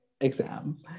exam